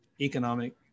economic